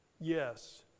yes